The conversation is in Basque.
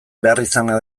beharrizana